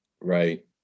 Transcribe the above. Right